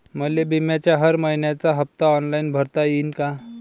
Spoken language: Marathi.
मले बिम्याचा हर मइन्याचा हप्ता ऑनलाईन भरता यीन का?